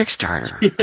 Kickstarter